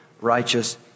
righteous